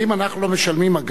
האם אנחנו לא משלמים אגרה?